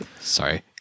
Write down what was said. Sorry